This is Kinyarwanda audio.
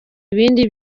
ibindi